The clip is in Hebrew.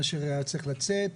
אשר היה צריך לצאת.